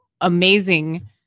amazing